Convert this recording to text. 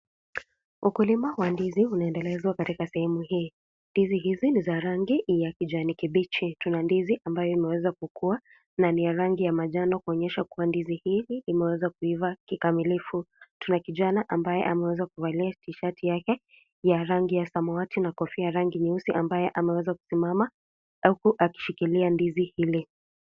Ukulima wa ndizi unaendelezwa katika sehemu hii. Ndizi hizi ni za rangi ya kijani kibichi. Tuna ndizi ambayo imeweza kukua na ni ya rangi ya manjano kuonyesha kuwa ndizi hii imeweza kuivaa kikamilifu. Tuna kijana ambaye ameweza kuvaa tishati yake ya rangi ya samawati na kofia rangi nyeusi ambaye ameweza kusimama huku akishikilia ndizi ile.